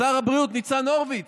שר הבריאות ניצן הורוביץ,